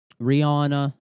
Rihanna